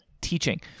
teaching